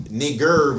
nigger